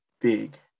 big